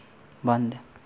बन्द